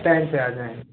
time से आ जाएँगे